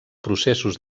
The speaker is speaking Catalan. processos